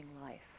life